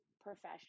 profession